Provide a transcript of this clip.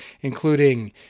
including